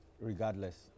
Regardless